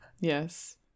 yes